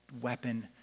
weapon